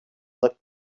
looked